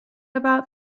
about